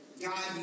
God